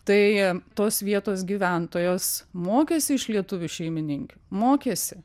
tai tos vietos gyventojos mokėsi iš lietuvių šeimininkių mokėsi